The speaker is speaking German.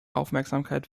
aufmerksamkeit